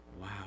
Wow